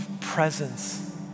presence